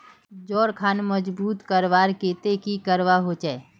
जोड़ खान मजबूत करवार केते की करवा होचए?